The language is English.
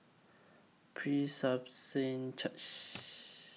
Church